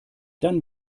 dann